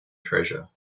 treasure